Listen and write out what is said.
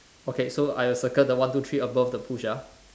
okay so I will circle the one two three above the push ah